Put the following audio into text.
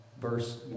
verse